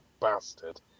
bastard